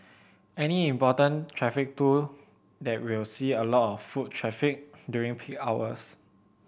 any important traffic tool that will see a lot of foot traffic during peak hours